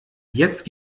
jetzt